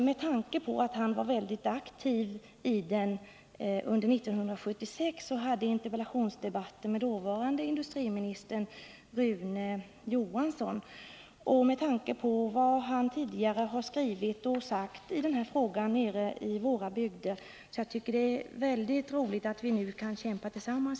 Med tanke på att han under 1976 var mycket aktiv i den och då hade interpellationsdebatter med dåvarande industriministern Rune Johansson och med tanke på vad han i våra bygder tidigare har skrivit och sagt i denna fråga är det mycket roligt att vi nu kan kämpa tillsammans.